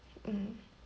mm